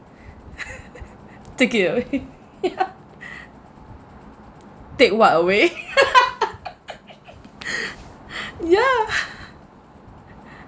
take it away take what away yeah